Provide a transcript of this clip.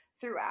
throughout